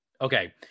Okay